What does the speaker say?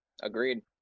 Agreed